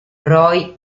roy